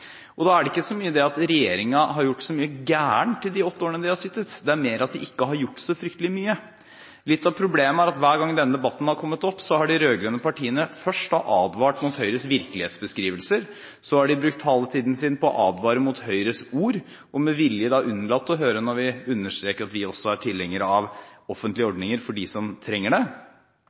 med. Da er det ikke så mye det at regjeringen har gjort så mye galt i de åtte årene de har sittet, det er mer at de ikke har gjort så fryktelig mye. Litt av problemet er at hver gang denne debatten har kommet opp, har de rød-grønne partiene først advart mot Høyres virkelighetsbeskrivelser, så har de brukt taletiden sin på å advare mot Høyres ord og med vilje unnlatt å høre når vi understreker at vi også er tilhengere av offentlige ordninger for dem som trenger det,